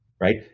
right